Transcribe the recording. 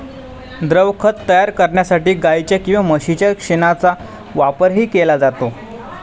द्रवखत तयार करण्यासाठी गाईच्या किंवा म्हशीच्या शेणाचा वापरही केला जातो